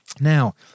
Now